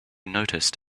noticed